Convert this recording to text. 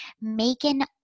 Megan